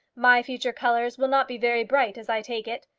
my future colours will not be very bright as i take it.